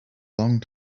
long